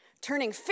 turning